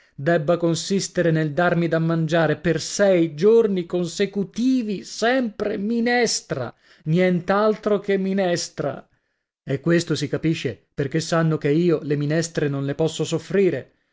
debba consistere nel darmi da mangiare per sei giorni consecutivi sempre minestra niente altro che minestra e questo si capisce perché sanno che io le minestre non le posso soffrire